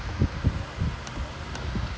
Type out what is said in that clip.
so நம்ம:namma one one minute